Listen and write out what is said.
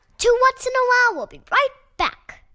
two whats? and a wow! will be right back.